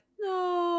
no